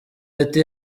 ati